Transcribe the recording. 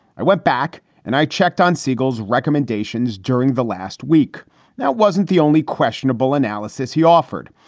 i went back and i checked on siegel's recommendations during the last week. now, it wasn't the only questionable analysis he offered.